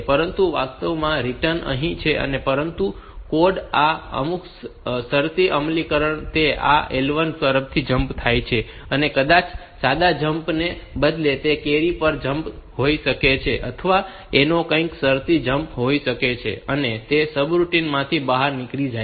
પરંતુ વાસ્તવમાં રિટર્ન અહીં છે પરંતુ કોડ ના અમુક શરતી અમલીકરણમાં તે આ L1 પરથી જમ્પ થાય છે અને કદાચ સાદા જમ્પ ને બદલે તે કેરી પરનો જમ્પ હોઈ શકે છે અથવા એવો કંઈક શરતી જમ્પ હોઈ શકે છે અને તે સબરૂટિન માંથી બહાર નીકળી જાય છે